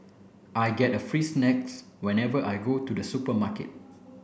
I get a free snacks whenever I go to the supermarket